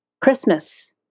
Christmas